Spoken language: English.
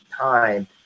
time